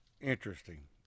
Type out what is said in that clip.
Interesting